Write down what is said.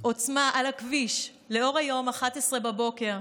עוצמה על הכביש, לאור היום, ב-11:00.